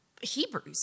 Hebrews